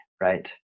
right